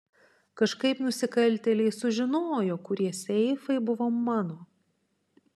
kažkaip nusikaltėliai sužinojo kurie seifai buvo mano